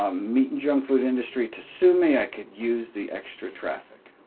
ah meat junk food industry to sue me i could use the extra traffic.